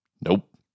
Nope